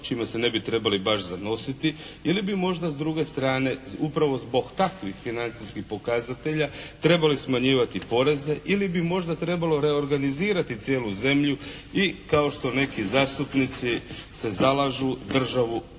čime se ne bi trebali baš zanositi ili bi možda s druge strane upravo zbog takvih financijskih pokazatelja trebali smanjivati poreze ili bi možda trebalo reorganizirati cijelu zemlju i kao što neki zastupnici se zalažu državu